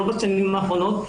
לא בשנים האחרונות,